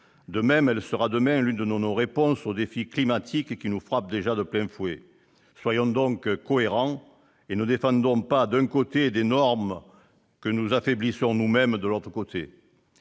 De même, elle sera demain l'une de nos réponses aux défis climatiques, qui nous frappent déjà de plein fouet. Soyons donc cohérents et ne défendons pas d'un côté des normes que nous affaiblissons nous-mêmes de l'autre !